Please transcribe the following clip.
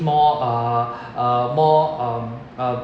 more uh uh more um uh